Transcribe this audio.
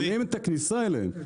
מונעים את הכניסה אליהם,